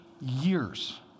years